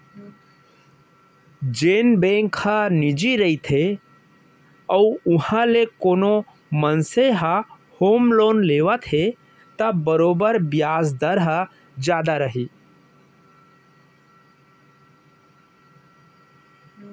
जेन बेंक ह निजी रइथे अउ उहॉं ले कोनो मनसे ह होम लोन लेवत हे त बरोबर बियाज दर ह जादा रही